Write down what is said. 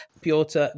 Piotr